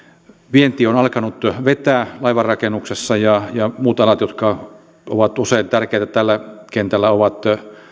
vienti on alkanut vetää laivanrakennuksessa ja ja muut alat jotka ovat usein tärkeitä tällä kentällä ovat